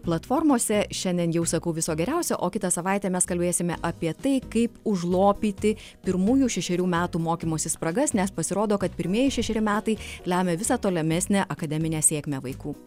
platformose šiandien jau sakau viso geriausio o kitą savaitę mes kalbėsime apie tai kaip užlopyti pirmųjų šešerių metų mokymosi spragas nes pasirodo kad pirmieji šešeri metai lemia visą tolimesnę akademinę sėkmę vaikų